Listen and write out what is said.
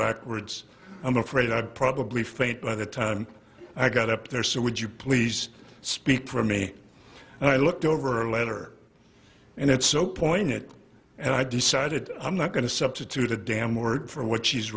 backwards i'm afraid i'd probably faint by the time i got up there so would you please speak for me and i looked over a letter and it's so poignant and i decided i'm not going to substitute a damn word for what she's